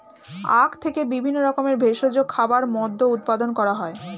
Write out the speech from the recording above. আখ থেকে বিভিন্ন রকমের ভেষজ খাবার, মদ্য উৎপাদন করা হয়